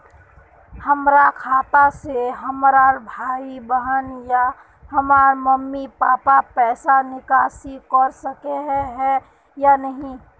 हमरा खाता से हमर भाई बहन या हमर मम्मी पापा पैसा निकासी कर सके है या नहीं?